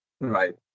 right